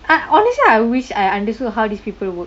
I honestly I wish I understood how these people work